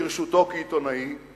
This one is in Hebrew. לרשותו כעיתונאי, הוא